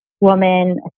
woman